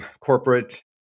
corporate